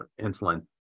insulin